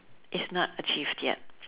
it's not achieved yet